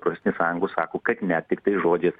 profesinės sąjungos sako kad ne tiktai žodžiais